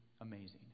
amazing